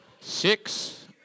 six